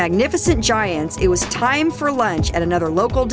magnificent giants it was time for lunch and another local